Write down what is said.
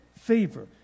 favor